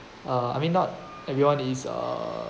uh I mean not everyone is uh